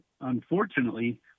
unfortunately